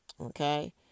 Okay